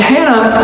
Hannah